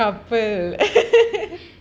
கப்பல்:kappal